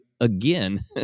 again